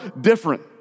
different